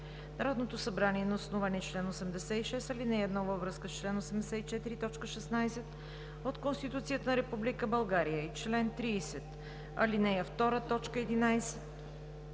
Народното събрание на основание чл. 86, ал. 1 във връзка с чл. 84, т. 16 от Конституцията на Република България и чл. 30, ал. 2, т.